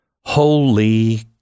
holy